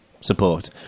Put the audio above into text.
support